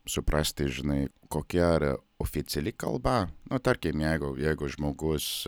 suprasti žinai kokia yra oficiali kalba na tarkim jeigu jeigu žmogus